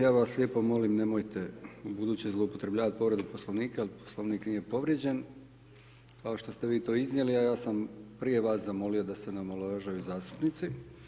Ja vas lijepo molim nemojte ubuduće zloupotrebljavati povredu Poslovnika jer Poslovnik nije povrijeđen kao što ste vi to iznijeli, a ja sam prije vas zamolio da se ne omaložavaju zastupnici.